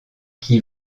qui